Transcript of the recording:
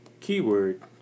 keyword